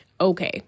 Okay